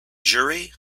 jury